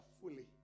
fully